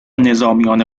نظامیان